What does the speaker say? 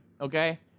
Okay